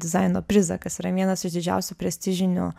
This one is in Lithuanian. dizaino prizą kas yra vienas iš didžiausių prestižinių